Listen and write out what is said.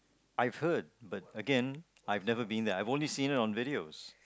I've heard but Again I've never been there I've only seen it on videos